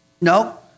No